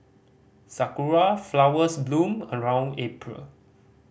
sakura flowers bloom around April